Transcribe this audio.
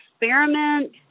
experiment